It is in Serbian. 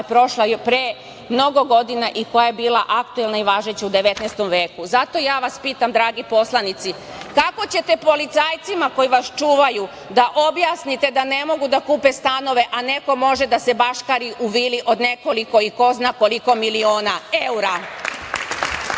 prošla pre mnogo godina i koja je bila aktuelna i važeća u 19. veku. Zato ja vas pitam dragi poslanici - kako ćete policajcima koji vas čuvaju, da objasnite da ne mogu da kupe stanove, a neko može da se baškari u vili od nekoliko i ko zna koliko miliona evra.